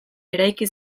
eraiki